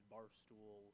Barstool